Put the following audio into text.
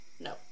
No